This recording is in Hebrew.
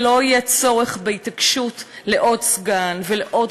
ולא יהיה צורך בהתעקשות על עוד סגן ועוד